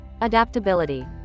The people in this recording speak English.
Adaptability